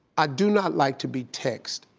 i do not like to be text,